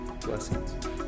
Blessings